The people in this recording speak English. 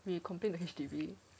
we complain to H_D_B